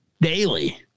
daily